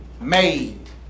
made